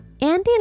Andy